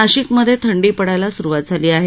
नाशिकमध्ये थंडी पडायला सुरवात झाली आहे